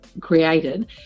created